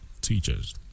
teachers